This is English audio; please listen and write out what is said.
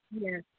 Yes